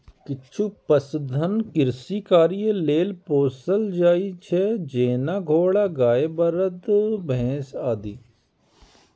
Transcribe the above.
किछु पशुधन कृषि कार्य लेल पोसल जाइ छै, जेना घोड़ा, गाय, बरद, भैंस आदि